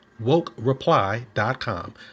WokeReply.com